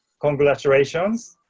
congratulations.